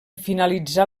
finalitzar